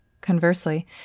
Conversely